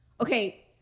okay